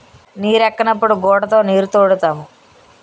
నీరెక్కనప్పుడు గూడతో నీరుతోడుతాము